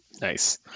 Nice